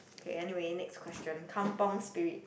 okay anyway next question kampung spirit